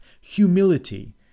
Humility